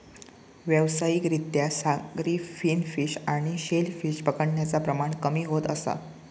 व्यावसायिक रित्या सागरी फिन फिश आणि शेल फिश पकडण्याचा प्रमाण कमी होत असा